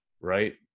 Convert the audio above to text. right